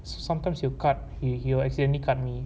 so sometimes he will cut he he will accidentally cut me